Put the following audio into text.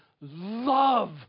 love